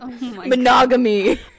monogamy